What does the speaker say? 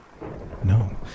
No